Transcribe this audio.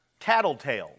tattletales